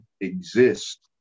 exist